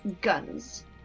guns